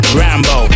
rambo